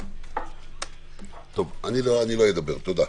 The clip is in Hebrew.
טוב, לא אדבר, תודה.